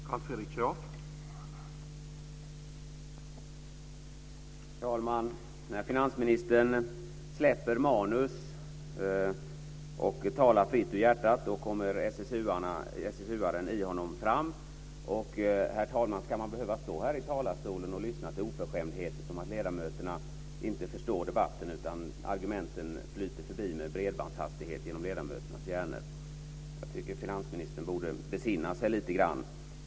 Herr talman! När finansministern släpper manus och talar fritt ur hjärtat kommer SSU-aren i honom fram. Herr talman! Ska man behöva stå här i talarstolen och lyssna till oförskämdheter som att ledamöterna inte förstår debatten utan argumenten flyter med bredbandshastighet genom ledamöternas hjärnor? Jag tycker att finansministern borde besinna sig lite grann.